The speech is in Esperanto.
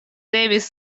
devis